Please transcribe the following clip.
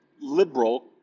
liberal